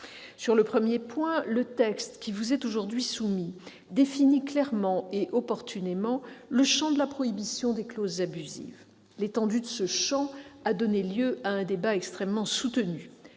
Sur le premier point, le texte qui vous est aujourd'hui soumis définit clairement et opportunément le champ de la prohibition des clauses abusives. L'étendue de ce champ a donné lieu à un débat extrêmement soutenu.